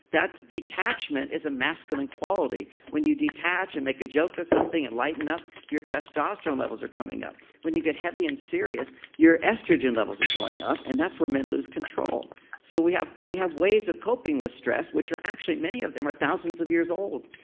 the attachment is a masculine quality. when you detach and make a joke of something and lighten up, your testosterone levels are coming up. when you get heavy and serious your estrogen levels are going up and that's when men lose control so we have we have ways of coping with stress, which are actually, many of them are thousands of years old.